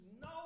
no